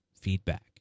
feedback